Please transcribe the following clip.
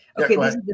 Okay